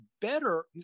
better